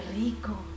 rico